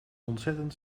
ontzettend